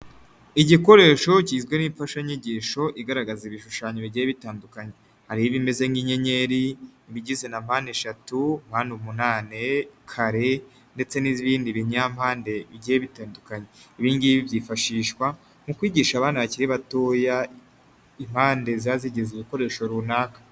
Igikoresho kigizwi nk'imfashanyigisho igaragaza ibishushanyo bigiye bitandukanye, hariho ibimeze nk'inyenyer,i ibigize na mpande eshatu, mpande umunnani, kare ndetse n'ibindi binyampande bigiye bitandukanye, ibi ngibi byifashishwa mu kwigisha abana bakiri batoya impande ziba zigize ibikoresho runaka.